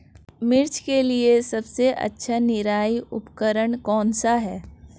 मिर्च के लिए सबसे अच्छा निराई उपकरण कौनसा है?